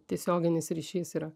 tiesioginis ryšys yra